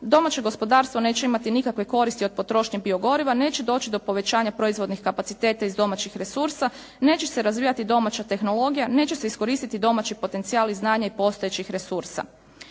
Domaće gospodarstvo neće imati nikakve koristi od potrošnje biogoriva. Neće doći do povećanja proizvodnih kapaciteta iz domaćih resursa. Neće se razvijati domaća tehnologija, neće se iskoristiti domaći potencijali znanja i postojećih resursa.